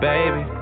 Baby